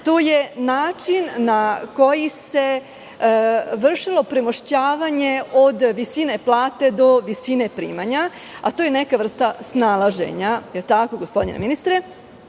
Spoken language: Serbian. to je način na koji se vršilo premošćavanje od visine plate do visine primanja, a to je neka vrsta snalaženja, jel tako gospodine ministre?